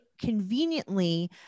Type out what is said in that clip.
conveniently